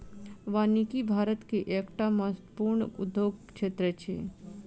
वानिकी भारत के एकटा महत्वपूर्ण उद्योग क्षेत्र अछि